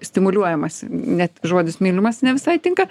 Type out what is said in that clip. stimuliuojamasi net žodis mylimasi ne visai tinka